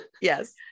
Yes